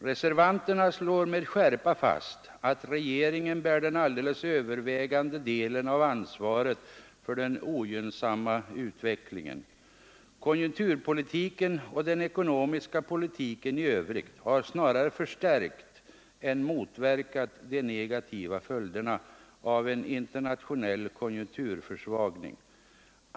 Reservanterna slår med skärpa fast, att regeringen bär den alldeles övervägande delen av ansvaret för den ogynnsamma utvecklingen. Konjunkturpolitiken och den ekonomiska politiken i övrigt har snarare förstärkt än motverkat de negativa följderna av en internationell konjunkturförsvagning.